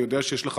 אני יודע שיש לך